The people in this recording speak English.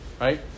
right